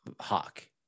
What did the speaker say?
hawk